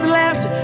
left